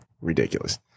ridiculous